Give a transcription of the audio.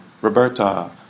Roberta